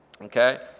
Okay